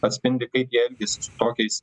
atspindi kaip jie elgiasi tokiais